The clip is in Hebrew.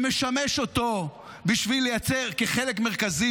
שמשמש אותו כחלק מרכזי